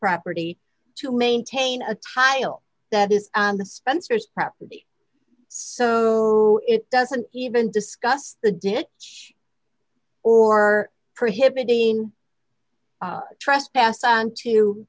property to maintain a tile that is on the spencers property so it doesn't even discuss the damage or prohibiting trespass onto